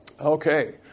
Okay